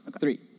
Three